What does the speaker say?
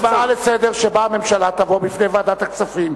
הצעה לסדר-היום שבה הממשלה תבוא בפני ועדת הכספים,